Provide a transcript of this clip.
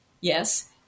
yes